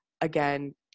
again